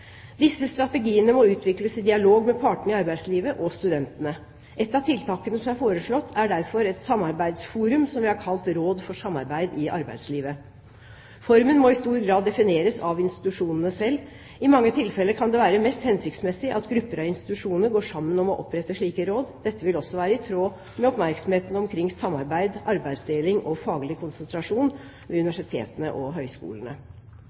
Disse strategiene må utvikles i dialog med partene i arbeidslivet og studentene. Et av tiltakene som er foreslått, er derfor et samarbeidsforum som vi har kalt Råd for samarbeid med arbeidslivet. Formen må i stor grad defineres av institusjonene selv. I mange tilfeller kan det være mest hensiktsmessig at grupper av institusjoner går sammen om å opprette slike råd. Dette vil også være i tråd med oppmerksomheten omkring SAK, samarbeid, arbeidsdeling og faglig konsentrasjon, ved universitetene og